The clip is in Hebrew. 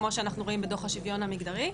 כמו שאנחנו רואים בדוח השוויון המגדרי,